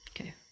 Okay